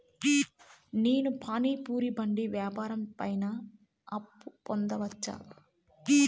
నేను పానీ పూరి బండి వ్యాపారం పైన అప్పు పొందవచ్చా?